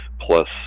plus